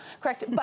correct